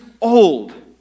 old